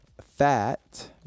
fat